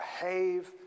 behave